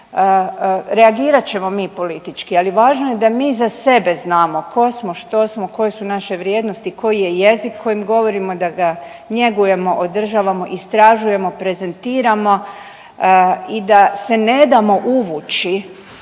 reagirat ćemo mi politički, ali važno je da mi za sebe znamo tko smo, što smo, koje su naše vrijednosti, koji je jezik kojim govorimo, da ga njegujemo, održavamo, istražujemo, prezentiramo i da se ne damo uvući